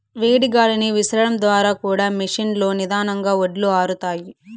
వేడి గాలిని విసరడం ద్వారా కూడా మెషీన్ లో నిదానంగా వడ్లు ఆరుతాయి